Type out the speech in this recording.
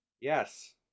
Yes